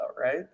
right